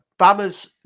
Bama's